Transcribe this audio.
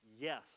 Yes